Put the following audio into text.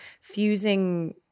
fusing